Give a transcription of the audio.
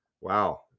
Wow